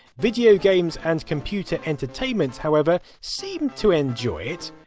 video games and computer entertainment however seemed to enjoy it.